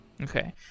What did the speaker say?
Okay